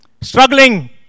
struggling